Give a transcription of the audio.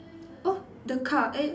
oh the car eh